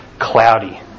cloudy